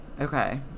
okay